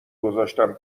گذاشتم